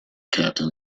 captain